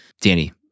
Danny